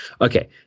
Okay